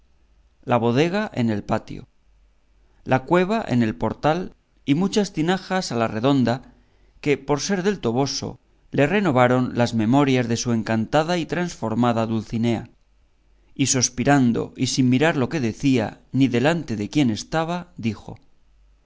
la bodega en el patio la cueva en el portal y muchas tinajas a la redonda que por ser del toboso le renovaron las memorias de su encantada y transformada dulcinea y sospirando y sin mirar lo que decía ni delante de quién estaba dijo